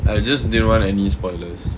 I just didn't want any spoilers